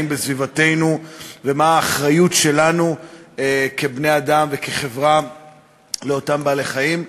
בסביבתנו ומה האחריות שלנו כבני-אדם וכחברה לאותם בעלי-חיים.